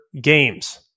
games